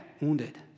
wounded